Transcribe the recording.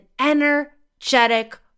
energetic